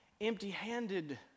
empty-handed